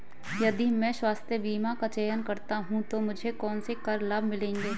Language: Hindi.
यदि मैं स्वास्थ्य बीमा का चयन करता हूँ तो मुझे कौन से कर लाभ मिलेंगे?